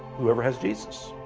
whoever has jesus!